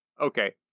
okay